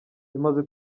imaze